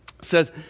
says